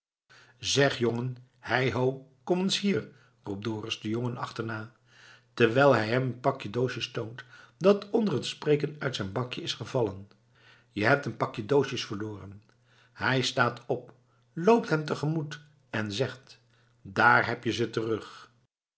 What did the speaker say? zeg jongen hei ho kom eens hier roept dorus den jongen achterna terwijl hij hem een pakje doosjes toont dat onder het spreken uit zijn bakje is gevallen je hebt een pakje doosjes verloren hij staat op loopt hem te gemoet en zegt daar heb je ze terug